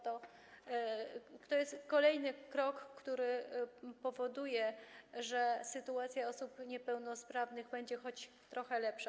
To jest kolejny krok, który powoduje, że sytuacja osób niepełnosprawnych będzie choć trochę lepsza.